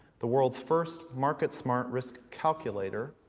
the world's first market-smart risk calculator,